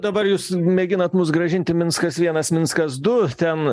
dabar jūs mėginat mus grąžinti minskas vienas minskas du ten